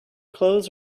clothes